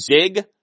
zig